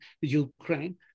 Ukraine